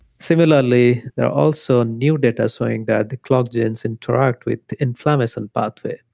similarly, there are also new data showing that the clock genes interact with inflammation pathway.